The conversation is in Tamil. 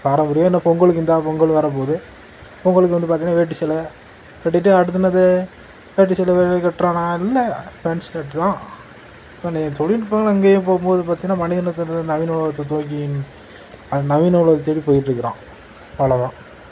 பாரம்பரியம்னால் பொங்கலுக்கு இந்தா பொங்கல் வரப்போகுது பொங்கலுக்கு வந்து பார்த்திங்கன்னா வேட்டி சேலை கட்டிகிட்டு அடுத்து என்னது வேட்டி சேலை கட்டுறானா இல்லை பேண்ட் ஷர்ட் தான் இப்போ தொழிநுட்பங்கள்லாம் எங்கேயோ போகும்போது பார்த்திங்கன்னா மனிதனுக்கு வந்து நவீன உலகத்தை நோக்கி அவன் நவீன உலகத்தை தேடி போயிட்டிருக்குறான் அவ்வளோதான்